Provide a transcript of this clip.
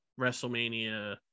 Wrestlemania